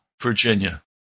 Virginia